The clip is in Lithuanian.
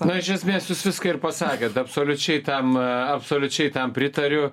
na iš esmės jūs viską ir pasakėt absoliučiai tam absoliučiai tam pritariu